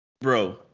Bro